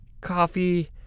coffee